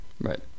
Right